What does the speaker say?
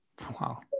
Wow